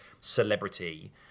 celebrity